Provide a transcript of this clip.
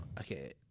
Okay